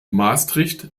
maastricht